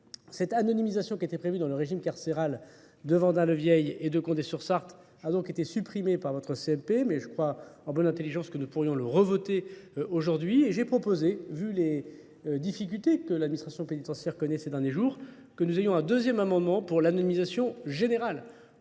Cette anonymisation qui a été prévue dans le régime carcéral de Vandaleuvel et de Condé-sur-Sarte a donc été supprimée par votre CMP, mais je crois en bonne intelligence que nous pourrions le revoter aujourd'hui. Et j'ai proposé, vu les difficultés que l'administration pénitentiaire connaît ces derniers jours, que nous ayons un deuxième amendement pour l'anonymisation générale.